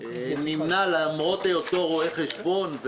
נמנע למרות היותו רואה חשבון,